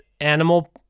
animal